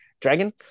Dragon